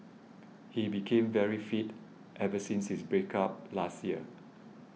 he became very fit ever since his break up last year